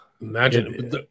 imagine